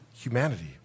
humanity